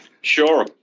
Sure